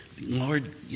Lord